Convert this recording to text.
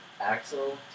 Axel